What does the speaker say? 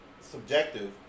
subjective